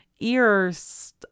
ears